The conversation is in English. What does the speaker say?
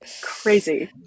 crazy